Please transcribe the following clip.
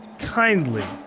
kindly.